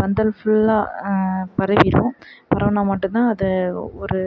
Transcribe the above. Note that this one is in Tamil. பந்தல் ஃபுல்லாக பரவிடும் பரவினா மட்டுந்தான் அதை ஒரு